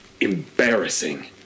embarrassing